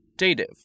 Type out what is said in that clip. Dative